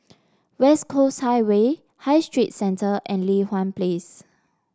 West Coast Highway High Street Centre and Li Hwan Place